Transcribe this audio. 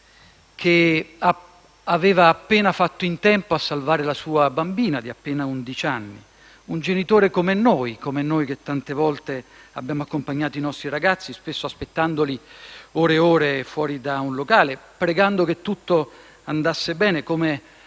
che aveva appena fatto in tempo a salvare la sua bambina di appena undici anni. Un genitore come noi; noi che tante volte abbiamo accompagnato i nostri ragazzi, spesso aspettandoli ore e ore fuori da un locale, pregando che tutto andasse bene, come